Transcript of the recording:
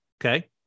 Okay